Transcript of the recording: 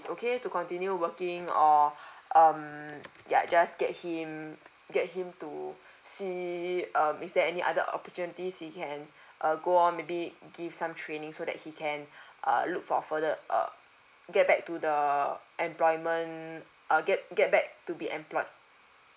is okay to continue working or um ya just get him get him to see um is there any other opportunities he can err go on maybe give some training so that he can err look for further err get back to the employment uh get get back to be employed